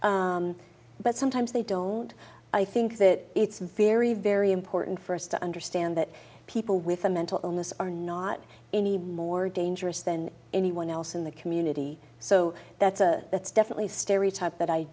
individuals but sometimes they don't i think that it's very very important for us to understand that people with a mental illness are not any more dangerous than anyone else in the community so that's a that's definitely stereotype